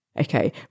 okay